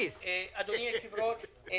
הוא